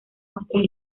muestras